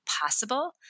possible